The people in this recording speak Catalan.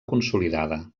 consolidada